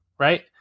right